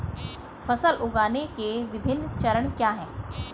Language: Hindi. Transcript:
फसल उगाने के विभिन्न चरण क्या हैं?